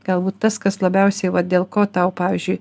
galbūt tas kas labiausiai va dėl ko tau pavyzdžiui